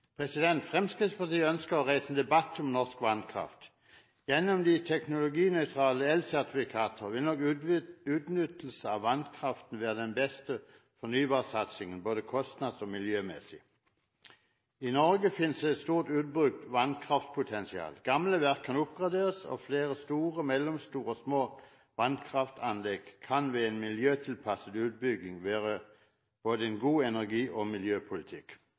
Fremskrittspartiet ønsker å reise en debatt om norsk vannkraft. Gjennom de teknologinøytrale elsertifikater vil nok utnyttelse av vannkraften være den beste fornybarsatsingen både kostnads- og miljømessig. I Norge finnes det et stort ubrukt vannkraftpotensial: Gamle verk kan oppgraderes, og flere store, mellomstore og små vannkraftanlegg kan ved en miljøtilpasset utbygging være en god energi- og miljøpolitikk.